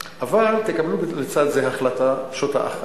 אבל תקבלו לצד זה החלטה פשוטה אחת,